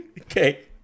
okay